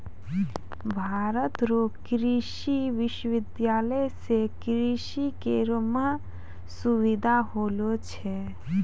भारत रो कृषि विश्वबिद्यालय से कृषि करै मह सुबिधा होलो छै